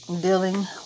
dealing